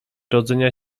rodzenia